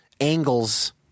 angles